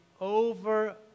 over